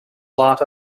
lot